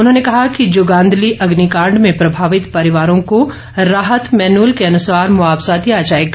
उन्होंने कहा कि जुगांदली अग्निकांड में प्रभावित परिवारों को राहत मैनुअल के अनुसार मुआवजा दिया जाएगा